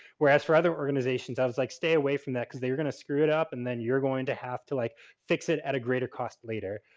whereas for other organizations i was like, stay away from that because they were gonna screw it up and then you're going to have to like fix it at a greater cost later.